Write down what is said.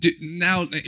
now